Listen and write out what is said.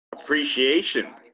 appreciation